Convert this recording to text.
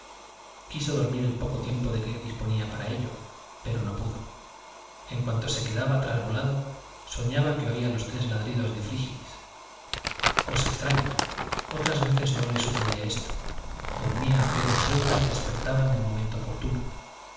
quiso dormir el poco tiempo de que disponía para ello pero no pudo en cuanto se quedaba trasvolado soñaba que oía los tres ladridos de frígilis cosa extraña otras veces no le sucedía esto dormía a pierna suelta y despertaba en el momento oportuno